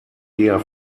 eher